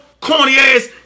corny-ass